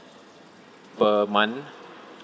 per month